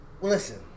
listen